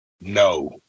No